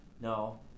No